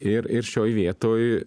ir ir šioj vietoj